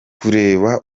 kureba